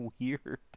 weird